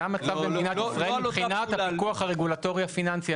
זה המצב במדינת ישראל מבחינת הכוח הרגולטורי הפיננסי.